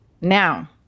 now